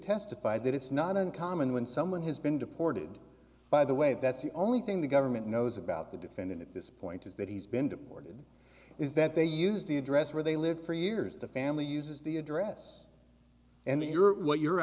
testified that it's not uncommon when someone has been deported by the way that's the only thing the government knows about the defendant at this point is that he's been deported is that they used the address where they live for years the family uses the address and you're what you're